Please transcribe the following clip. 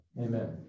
amen